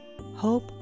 Hope